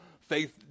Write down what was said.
faith